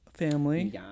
family